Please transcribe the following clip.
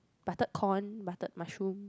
buttered corn buttered mushroom